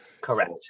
Correct